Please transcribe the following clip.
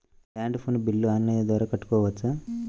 Land phone bill online ద్వారా కట్టుకోవచ్చు?